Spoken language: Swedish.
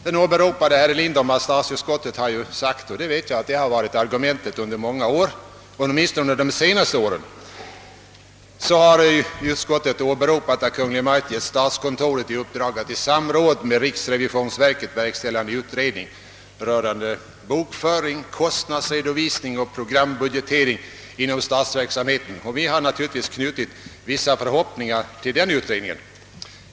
Herr Lindholm åberopade att statsutskottet uttalat och jag vet att detta varit argumentet åtminstone under de senaste åren — att »Kungl. Maj:t uppdragit åt statskontoret att i samråd med riksrevisionsverket verkställa utredning rörande bokföring, kostnadsredovisning och programbudgetering inom statsverksamheten». Vi har naturligtvis knutit vissa förhoppningar till den utredningen.